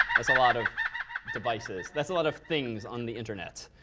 that's a lot of devices. that's a lot of things on the internet.